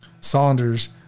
Saunders